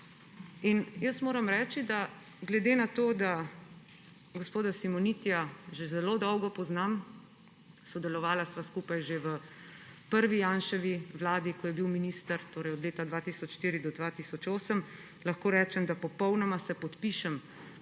In moram reči, da glede na to, da gospoda Simonitija že zelo dolgo poznam, sodelovala sva skupaj že v prvi Janševi vladi, ko je bil minister, torej od leta 2004 do 2008, lahko rečem, da popolnoma se podpišem